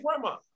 Grandma